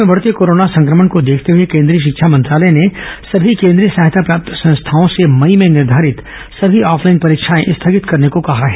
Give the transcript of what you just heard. देश में बढ़ते कोरोना संक्रमण को देखते हुए केन्द्रीय शिक्षा मंत्रालय ने सभी केन्द्रीय सहायता प्राप्त संस्थाओं से मई में निर्घारित सभी ऑफलाइन परीक्षाएँ स्थगित करने को कहा है